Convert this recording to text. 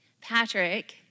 Patrick